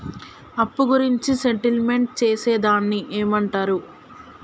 అప్పు గురించి సెటిల్మెంట్ చేసేదాన్ని ఏమంటరు?